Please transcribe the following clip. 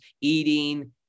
eating